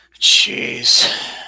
Jeez